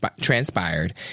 transpired